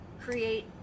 create